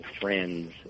friends